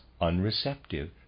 unreceptive